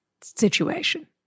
situation